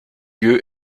lieu